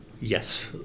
Yes